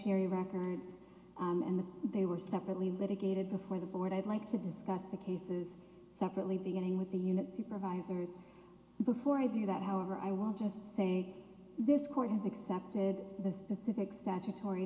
ary records and they were separately litigated before the board i'd like to discuss the cases separately beginning with the unit supervisors before i do that however i won't just say this court has accepted the specific statutory